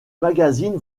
magazine